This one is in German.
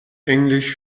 englisch